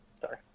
sorry